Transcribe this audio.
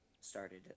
started